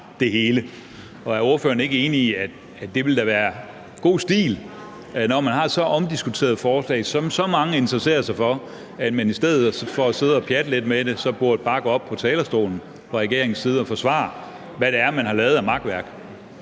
det hele. Er ordføreren ikke enig i, at det da ville være god stil, når man har så omdiskuteret et forslag, som så mange interesserer sig for, at man fra regeringens side i stedet for at sidde og pjatte lidt med det bare burde gå op på talerstolen og forsvare, hvad det er, man har lavet af makværk?